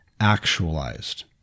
actualized